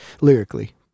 lyrically